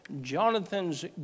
Jonathan's